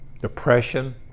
depression